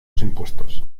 impuestos